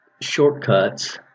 shortcuts